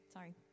Sorry